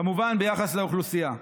כמובן, ביחס לאוכלוסייה,